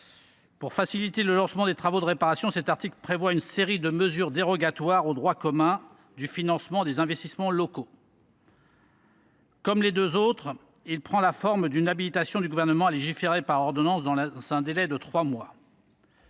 Pour faciliter le lancement des travaux de réparation, cet article prévoit une série de mesures dérogatoires au droit commun du financement des investissements locaux. Comme les deux autres articles, il prend la forme d’une habilitation du Gouvernement à légiférer par ordonnance dans un délai de trois mois.